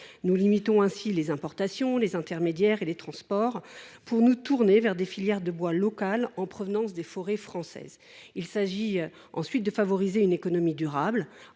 nous limiterions les importations, les intermédiaires et les transports pour nous tourner vers des filières de bois locales, en provenance des forêts françaises. Il s’agit également de promouvoir une économie durable